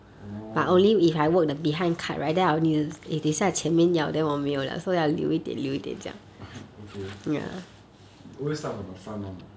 oh okay always start from the front [one] ah